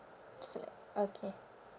select okay